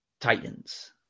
Titans